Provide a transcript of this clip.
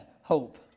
hope